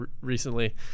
recently